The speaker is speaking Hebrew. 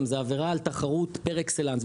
זו עבירה על תחרות פר-אקסלנס,